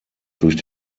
durch